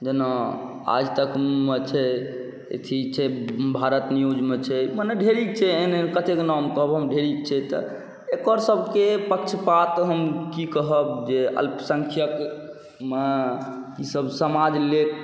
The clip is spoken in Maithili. जेना आजतकमे छै अथी छै भारत न्यूजमे छै मने ढेरिक छै एहन एहन कतेक नाम कहब हम ढेरिक छै तऽ एकर सबके पक्षपात हम कि कहब जे अल्पसँख्यकमे ईसब समाजलेल